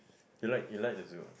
you like you like the zoo ah